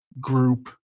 group